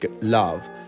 love